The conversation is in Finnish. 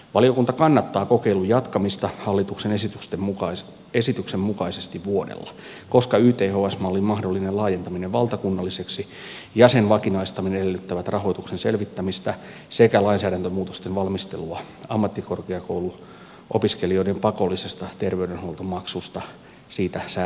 valiokunta kannattaa kokeilun jatkamista hallituksen esityksen mukaisesti vuodella koska yths mallin mahdollinen laajentaminen valtakunnalliseksi ja sen vakinaistaminen edellyttävät rahoituksen selvittämistä sekä lainsäädäntömuutosten valmistelua ammattikorkeakouluopiskelijoiden pakollisesta terveydenhuoltomaksusta säätämiseksi